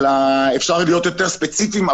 אפשר להיות יותר ספציפיים.